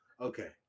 Okay